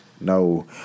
No